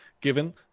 given